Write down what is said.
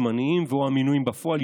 הזמניים ו/או המינויים בפועל,